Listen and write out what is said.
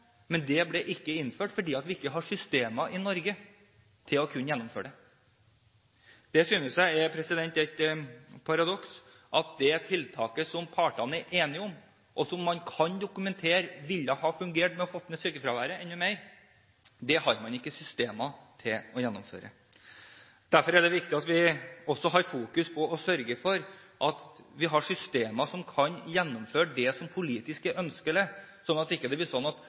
ble ikke innført fordi vi ikke har systemer i Norge til å kunne gjennomføre den. Jeg synes det er et paradoks at det tiltaket som partene er enige om, og som man kan dokumentere ville ha fungert for å få ned sykefraværet enda mer, har man ikke systemer til å gjennomføre. Derfor er det viktig at vi også fokuserer på og sørger for at vi har systemer som kan gjennomføre det som politisk er ønskelig, slik at det ikke blir sånn at